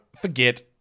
forget